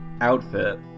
outfit